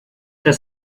das